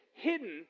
Hidden